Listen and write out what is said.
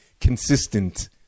consistent